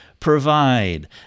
Provide